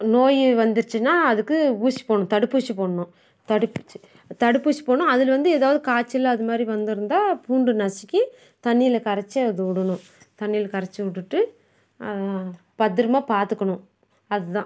நோய் வந்துடுச்சுனா அதுக்கு ஊசி போடணும் தடுப்பூசி போடணும் தடுப்பூசி தடுப்பூசி போடணும் அதில் வந்து ஏதாவது காய்ச்சல் அதுமாதிரி வந்திருந்தா பூண்டு நசுக்கி தண்ணியில் கரைச்சு அதை விடணும் தண்ணியில் கரைச்சு விட்டுட்டு பத்திரமா பார்த்துக்கணும் அதான்